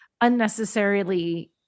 unnecessarily